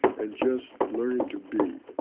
and just learning to be.